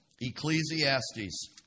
Ecclesiastes